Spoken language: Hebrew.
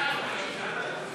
סיעת הרשימה המשותפת להביע